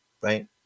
right